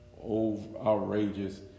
outrageous